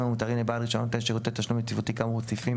המותרים רישיון נותן שירותי תשלום יציבותי כאמור בסעיפים